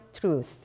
truth